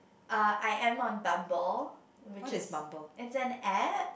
uh I am on Bumble which is it's an app